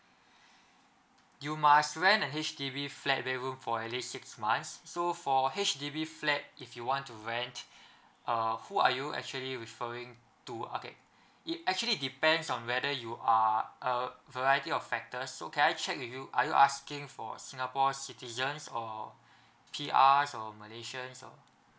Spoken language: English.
you must rent a H_D_B flat bedroom for at least six months so for H_D_B flat if you want to rent uh who are you actually referring to uh okay it actually depends on whether you are uh variety of factor so can I check with you are you asking for singapore citizens or P_R or malaysian